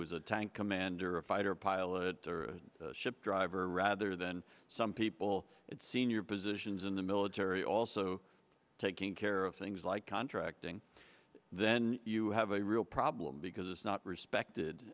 is a time commander a fighter pilot or ship driver rather than some people it's senior positions in the military also taking care of things like contracting then you have a real problem because it's not respected